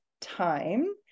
time